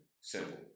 Simple